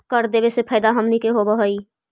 कर देबे से फैदा हमनीय के होब हई